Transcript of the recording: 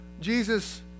Jesus